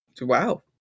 wow